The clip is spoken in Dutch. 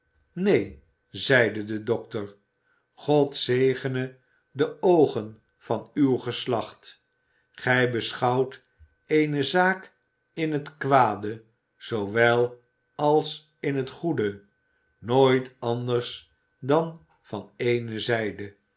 neen zeide de dokter god zegene de oogen van uw geslacht gij beschouwt eene zaak in het kwade zoowel als in het goede nooit anders dan van